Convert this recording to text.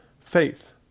Faith